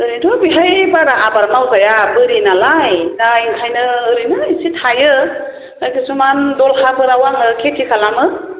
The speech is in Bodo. ओरैनोथ' बेहाय बारा आबाद मावजाया बोरि नालाय दा ओंखायनो ओरैनो एसे थायो आमफ्राय खिसुमान दस्राफोराव आङो खेथि खालामो